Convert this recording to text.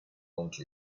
wronged